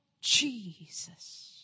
Jesus